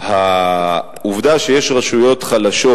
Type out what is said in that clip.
העובדה שיש רשויות חלשות,